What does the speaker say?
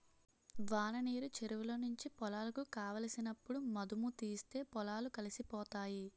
వాననీరు చెరువులో నుంచి పొలాలకు కావలసినప్పుడు మధుముతీస్తే పొలాలు కలిసిపోతాయి